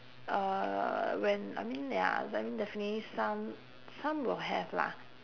uh when I mean ya some definitely some some will have lah